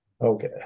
Okay